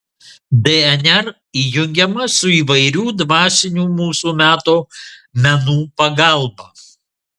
dnr įjungiama su įvairių dvasinių mūsų meto menų pagalba